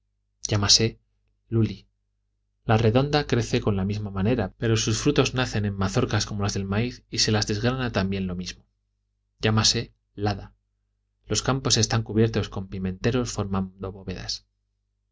llámase luli la redonda crece de la misma manera pero sus frutos nacen en mazorcas como las del maíz y se las desgrana también lo mismo llámase lada los campos están cubiertos con pimenteros formando bóvedas